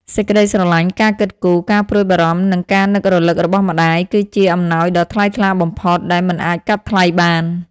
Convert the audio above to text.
សេចក្ដីស្រឡាញ់ ការគិតគូរ ការព្រួយបារម្ភ និងការនឹករលឹករបស់ម្ដាយគឺជា អំណោយដ៏ថ្លៃថ្លាបំផុត ដែលមិនអាចកាត់ថ្លៃបាន។